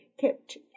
kept